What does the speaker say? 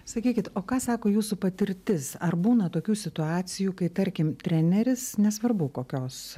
sakykit o ką sako jūsų patirtis ar būna tokių situacijų kai tarkim treneris nesvarbu kokios